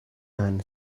man